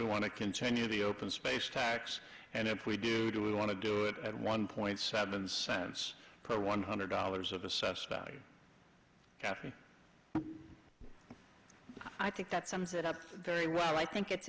we want to continue the open space tax and if we do do we want to do it at one point seven cents per one hundred dollars of assessed value after i think that sums it up very well i think it's